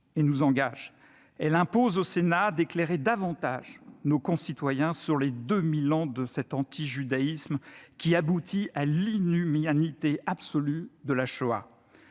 Elle impose au Sénat d'éclairer davantage nos concitoyens sur les deux mille ans de cet antijudaïsme qui aboutit à l'inhumanité absolue de la Shoah.